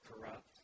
corrupt